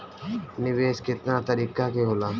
निवेस केतना तरीका के होला?